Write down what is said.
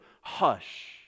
hush